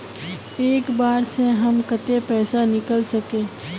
एक बार में हम केते पैसा निकल सके?